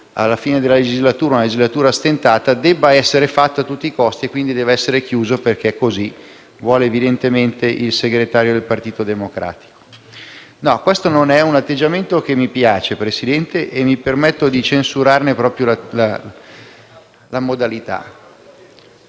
alla fine della legislatura - una legislatura stentata - debba essere approvato a tutti i costi e quindi debba essere chiuso perché così vuole, evidentemente, il segretario del Partito Democratico. No, questo non è un atteggiamento che mi piace, Presidente, e mi permetto di censurarne le modalità.